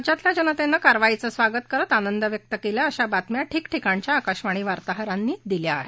राज्यातल्या जनतेनं कारवाईचं स्वागत करत आनंद व्यक्त केला अश्या बातम्या ठिकठिकाणच्या आकाशवाणी वार्ताहरांनी दिल्या आहेत